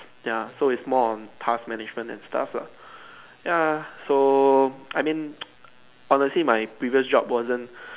ya so it's more on task management and stuff lah ya so I mean honestly my previous job wasn't